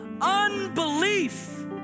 unbelief